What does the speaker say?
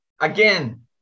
again